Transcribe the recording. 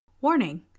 Warning